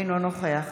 אינו נוכח